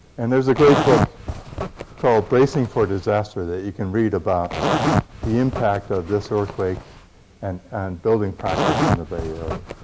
and there's a great book called bracing for disaster that you can read about the impact of this earthquake and and building practice in the bay area.